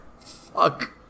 Fuck